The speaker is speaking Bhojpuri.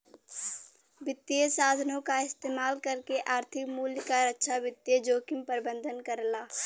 वित्तीय साधनों क इस्तेमाल करके आर्थिक मूल्य क रक्षा वित्तीय जोखिम प्रबंधन करला